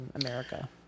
America